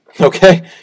Okay